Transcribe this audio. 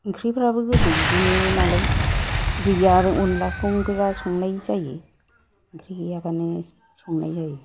ओंख्रिफ्राबो गोदो बिदिनो नालाय गैया आरो अनद्लाखौनो गोजा संनाय जायो गैयाब्लानो संनाय जायो